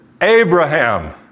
Abraham